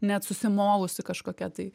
net susimovusi kažkokia tai